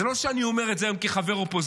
זה לא שאני אומר את זה היום כחבר אופוזיציה.